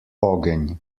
ogenj